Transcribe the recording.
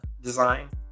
design